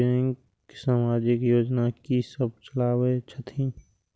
Bank समाजिक योजना की सब चलावै छथिन?